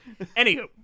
Anywho